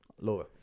Lower